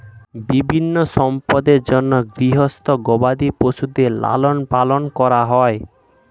বিভিন্ন সম্পদের জন্যে গৃহস্থ গবাদি পশুদের লালন পালন করা হয়